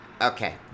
okay